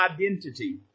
identity